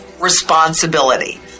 responsibility